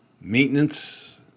maintenance